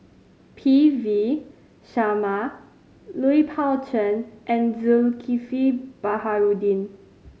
P V Sharma Lui Pao Chuen and Zulkifli Baharudin